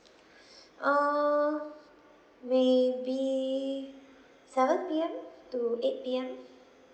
uh maybe seven P_M to eight P_M